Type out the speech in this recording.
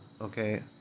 okay